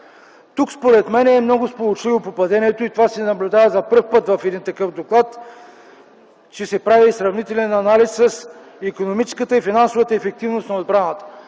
Според мен тук е много сполучливо попадението и това се наблюдава за пръв път в един такъв доклад, че се прави сравнителен анализ с икономическата и финансовата ефективност на отбраната,